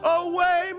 away